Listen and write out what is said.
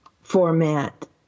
format